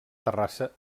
terrassa